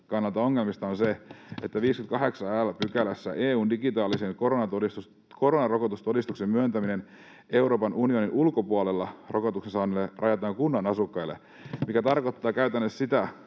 ongelmallista on se, että 58 l §:ssä EU:n digitaalisen koronarokotustodistuksen myöntäminen Euroopan unionin ulkopuolella rokotuksen saaneille rajataan kunnan asukkaille, mikä tarkoittaa käytännössä sitä,